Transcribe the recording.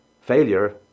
failure